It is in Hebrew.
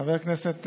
חבר הכנסת,